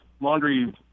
laundry